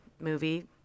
movie